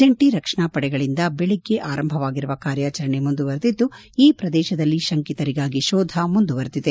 ಜಂಟ ರಕ್ಷಣಾ ಪಡೆಗಳಿಂದ ಬೆಳಿಗ್ಗೆ ಆರಂಭವಾಗಿರುವ ಕಾರ್ಯಾಚರಣೆ ಮುಂದುವರಿದಿದ್ದು ಈ ಪ್ರದೇಶದಲ್ಲಿ ಶಂಕಿತರಿಗಾಗಿ ಶೋಧ ಮುಂದುವರಿದಿದೆ